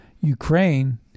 Ukraine